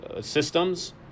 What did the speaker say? systems